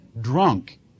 drunk